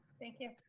thank you.